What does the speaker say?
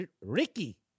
Ricky